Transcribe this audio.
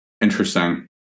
Interesting